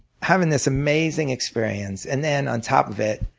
having this amazing experience and then on top of it,